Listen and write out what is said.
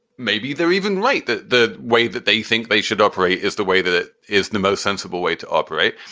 maybe they're even late. the the way that they think they should operate is the way that it is the most sensible way to operate.